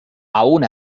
aun